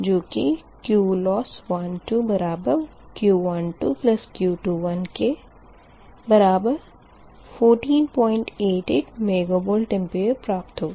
जो किQLOSS 12 Q12 Q21 बराबर 1488 मेगवार प्राप्त होगा